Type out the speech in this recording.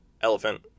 Elephant